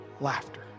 laughter